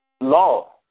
law